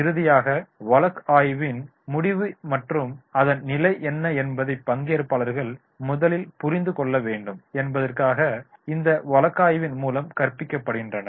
இறுதியாக வழக்கு ஆய்வின் முடிவு மற்றும் அதன் நிலை என்ன என்பதை பங்கேற்பாளர்கள் முதலில் புரிந்து கொள்ள வேண்டும் என்பதற்காக இந்த வழக்கு ஆய்வின் மூலம் கற்பிக்கப்படுகின்றன